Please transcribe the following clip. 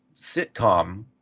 sitcom